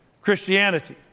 Christianity